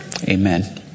Amen